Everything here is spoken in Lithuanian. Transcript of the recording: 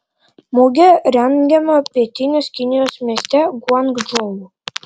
mugė rengiama pietinės kinijos mieste guangdžou